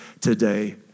today